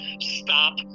stop